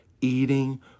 eating